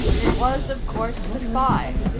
it was, of course, the spy.